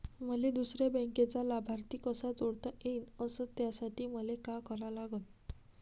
मले दुसऱ्या बँकेचा लाभार्थी कसा जोडता येईन, अस त्यासाठी मले का करा लागन?